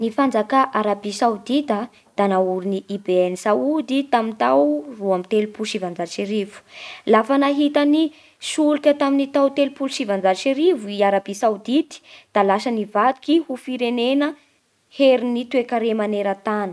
Ny fanjakà arabia saodita da naorin'i Bien Saud tamin'ny tao roa amby telopolo sy sivanjato sy arivo. Lafa nahita ny solika tamin'ny tao telopolo sy sivanjato sy arivo i Arabia Saodity da lasa nivadiky ho firenena herin'ny toekare maneran-tany.